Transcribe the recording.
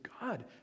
god